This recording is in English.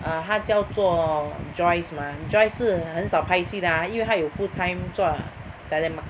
err 她叫做 Joyce mah Joyce 是很少拍戏的 ah 因为她有 full time job telemark~